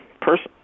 person